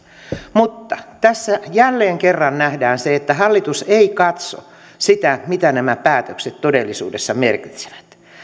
mutta tässä jälleen kerran nähdään se että hallitus ei katso sitä mitä nämä päätökset todellisuudessa merkitsevät